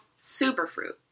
Superfruit